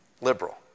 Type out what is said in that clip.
liberal